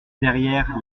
derrière